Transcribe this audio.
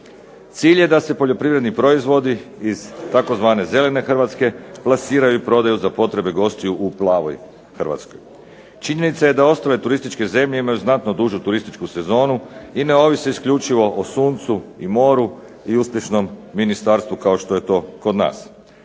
Cilj je da se poljoprivredni proizvodi iz tzv. zelene Hrvatske plasiraju i prodaju za potrebe gostiju u plavoj Hrvatskoj. Činjenica je da ostale turističke zemlje imaju znatno dužu turističku sezonu i ne ovise isključivo o suncu i moru i uspješnom ministarstvu kao što je to kod nas.